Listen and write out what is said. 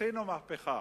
עשינו מהפכה.